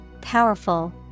powerful